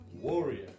Warrior